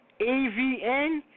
AVN